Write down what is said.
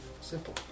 Simple